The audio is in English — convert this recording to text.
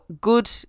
good